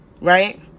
right